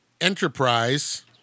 Enterprise